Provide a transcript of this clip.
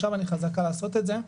עכשיו אני חזקה לעשות את זה.